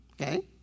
okay